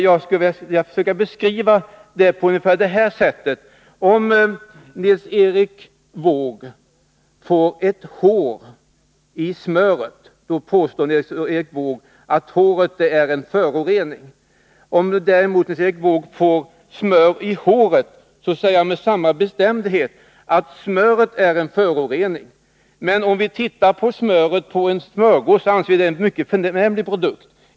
Jag skall försöka beskriva detta. Om Nils Erik Wååg får ett hår i smöret, då påstår han att håret är en förorening. Om han däremot får smör i håret säger han med samma bestämdhet att smöret är en förorening. Men om vi tittar på smöret på en smörgås, anser vi att det är en mycket förnämlig produkt.